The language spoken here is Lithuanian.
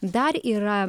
dar yra